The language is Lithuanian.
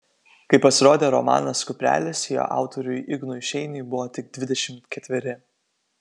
kai pasirodė romanas kuprelis jo autoriui ignui šeiniui buvo tik dvidešimt ketveri